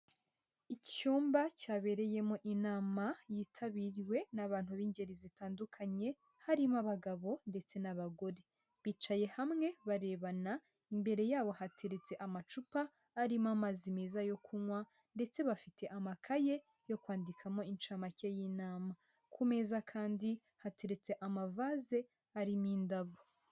Icyumba cyabereyemo inama yitabiriwe n'abantu b'ingeri zitandukanye, harimo abagabo ndetse n'abagore, bicaye hamwe barebana, imbere yabo hateretse amacupa arimo amazi meza yo kunywa ndetse bafite amakaye yo kwandikamo incamake y'inama, ku meza kandi hateretse amavaze arimo indabo.